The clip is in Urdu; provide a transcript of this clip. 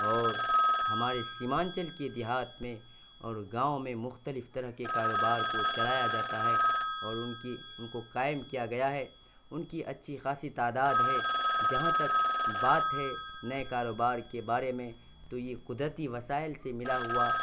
اور ہمارے سیمانچل کے دیہات میں اور گاؤں میں مختلف طرح کے کاروبار کو چلایا جاتا ہے اور ان کی ان کو قائم کیا گیا ہے ان کی اچھی خاصی تعداد ہے جہاں تک بات ہے نئے کاروبار کے بارے میں تو یہ قدرتی وسائل سے ملا ہوا